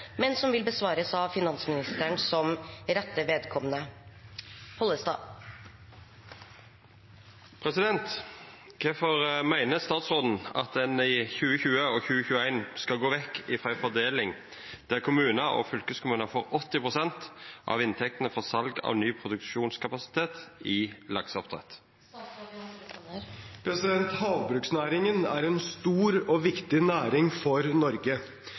vil bli besvart av finansministeren som rette vedkommende. «Kvifor meiner statsråden at ein, i 2020 og 2021, skal gå vekk frå ei fordeling der kommunane og fylkeskommunane får 80 pst. av inntektene frå sal av ny produksjonskapasitet i lakseoppdrett?» Havbruksnæringen er en stor og viktig næring for Norge.